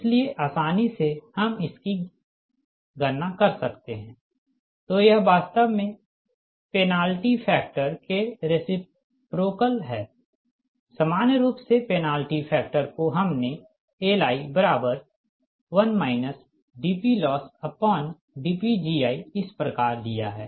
इसलिए आसानी से हम इसकी की गणना कर सकता है तो यह वास्तव में पेनाल्टी फैक्टर के रेसिप्रोकल हैं सामान्य रूप से पेनाल्टी फैक्टर को हमने Li 1 dPLossdPgi इस प्रकार लिया है